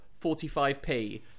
45p